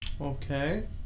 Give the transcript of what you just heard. Okay